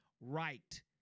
right